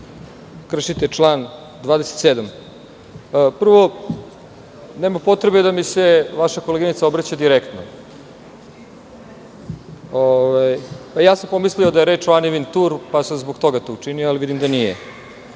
kršite član 27.Prvo, nema potrebe da mi se vaša koleginica obraća direktno. Pomislio da je reč o Ani Vintur, pa sam zbog toga to učinio, ali vidim da